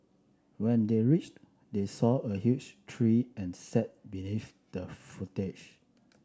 when they reached they saw a huge tree and sat beneath the foliage